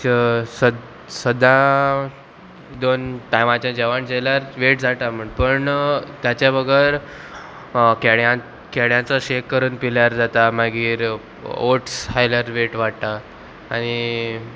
सदां दोन टायमाचें जेवण जाल्यार वेट जाता म्हण पूण ताचे बगर केड्या केड्याचो शेक करून पिल्यार जाता मागीर ओट्स खायल्यार वेट वाडटा आनी